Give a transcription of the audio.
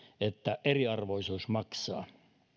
että eriarvoisuus maksaa